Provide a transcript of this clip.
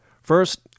First